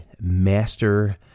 master